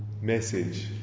message